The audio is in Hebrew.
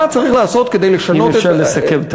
מה צריך לעשות כדי לשנות, אם אפשר לסכם.